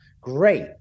Great